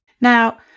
Now